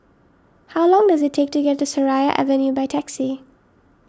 how long does it take to get to Seraya Avenue by taxi